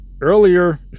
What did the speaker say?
earlier